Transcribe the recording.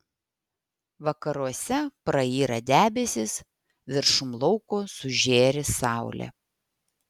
vakaruose prayra debesys viršum lauko sužėri saulė